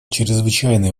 чрезвычайной